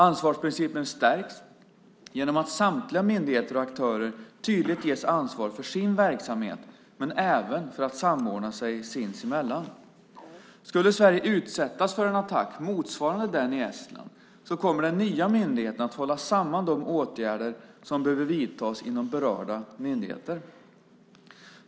Ansvarsprincipen stärks genom att samtliga myndigheter och aktörer tydligt ges ansvar för sin verksamhet men även att samordna sig sinsemellan. Skulle Sverige utsättas för en attack motsvarande den i Estland kommer den nya myndigheten att hålla samman de åtgärder som behöver vidtas inom berörda myndigheter.